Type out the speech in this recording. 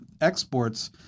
exports